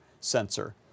sensor